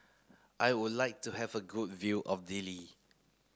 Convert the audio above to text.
I would like to have a good view of Dili